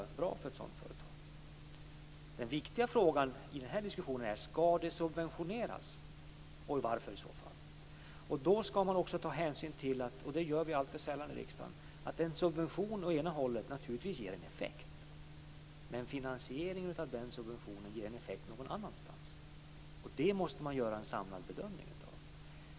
Den viktiga frågan i denna diskussion är om det skall subventioneras och i så fall varför. Man skall ta hänsyn - det gör vi alltför sällan i riksdagen - till att en subvention på ett håll naturligtvis ger en effekt, men att finansieringen av den subventionen ger en effekt på något annat håll. Det måste man göra en samlad bedömning av.